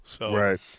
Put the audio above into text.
Right